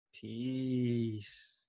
Peace